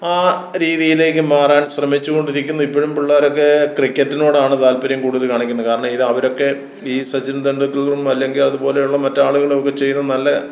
ആ രീതിയിലേക്ക് മാറാൻ ശ്രമിച്ച് കൊണ്ടിരിക്കുന്നു ഇപ്പഴും പിള്ളേരൊക്കെ ക്രിക്കറ്റിനോടാണ് താൽപ്പര്യം കൂടുതൽ കാണിക്കുന്നത് കാരണം ഇത് അവരൊക്കെ ഈ സച്ചിൻ തെണ്ടുൽക്കറും അല്ലെങ്കിൽ അതുപോലെയുള്ള മറ്റ് ആളുകളും ഒക്കെ ചെയ്ത നല്ല